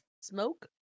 smoke